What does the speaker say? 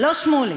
לא שמולי,